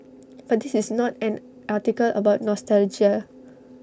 but this is not an article about nostalgia